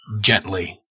gently